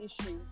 issues